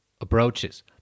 Approaches